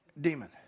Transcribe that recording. demon